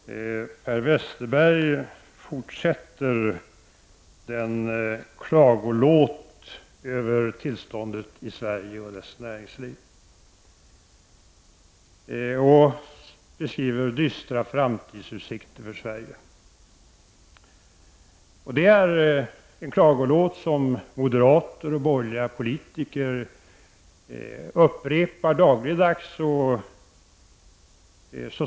Herr talman! Per Westerberg fortsätter sin klagolåt över tillståndet i Sverige och dess näringsliv och beskriver dystra framtidsutsikter för Sverige. Det är en klagolåt som moderater och borgerliga politiker upprepar dagligdags.